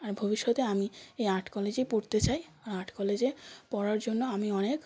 আর ভবিষ্যতে আমি এই আর্ট কলেজেই পড়তে চাই আর আর্ট কলেজে পড়ার জন্য আমি অনেক